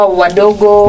wadogo